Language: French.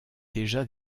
déjà